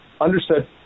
Understood